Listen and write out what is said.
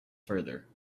further